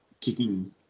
kicking –